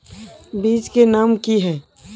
बीज के नाम की है?